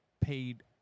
paid